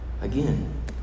again